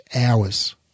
hours